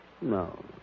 No